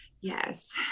Yes